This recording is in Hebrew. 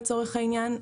לצורך העניין,